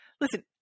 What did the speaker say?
listen